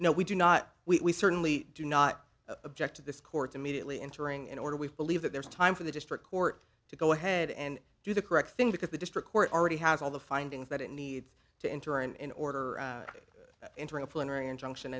no we do not we certainly do not object to this court immediately entering an order we've believe that there is time for the district court to go ahead and do the correct thing because the district court already has all the findings that it needs to enter in in order to enter into an area injunction